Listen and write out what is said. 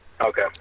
Okay